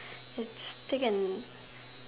it's take an